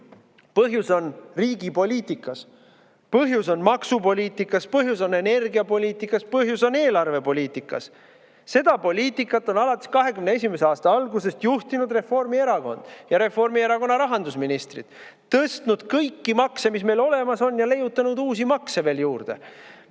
põhjus on riigi poliitikas. Põhjus on maksupoliitikas, põhjus on energiapoliitikas, põhjus on eelarvepoliitikas. Seda poliitikat on alates 2021. aasta algusest juhtinud Reformierakond ja Reformierakonna rahandusministrid. Nad on tõstnud kõiki makse, mis meil olemas on, ja leiutanud uusi makse veel juurde,